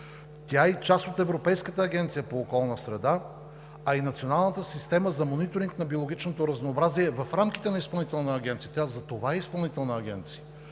Тя е и част от Европейската агенция по околна среда, а и Националната система за мониторинг на биологичното разнообразие е в рамките на Изпълнителната агенция. Тя затова е Изпълнителна агенция.